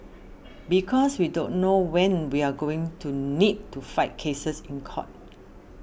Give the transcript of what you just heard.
because we don't know when we're going to need to fight cases in court